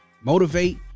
motivate